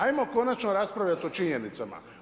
Ajmo konačno raspravljati o činjenicama.